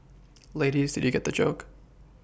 ladies did you get the joke